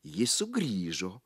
ji sugrįžo